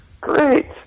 Great